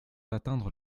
d’atteindre